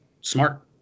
smart